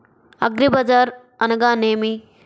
అగ్రిబజార్ అనగా నేమి?